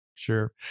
Sure